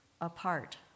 apart